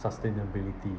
sustainability